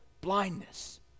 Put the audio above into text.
blindness